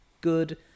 good